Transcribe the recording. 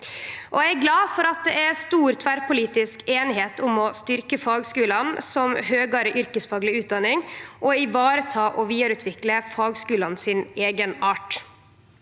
Eg er glad for at det er stor tverrpolitisk einigheit om å styrkje fagskulane som høgare yrkesfagleg utdanning, og vareta og vidareutvikle fagskulane sin eigenart.